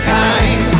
time